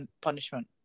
punishment